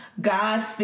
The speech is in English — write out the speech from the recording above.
God